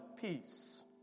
peace